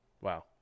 Wow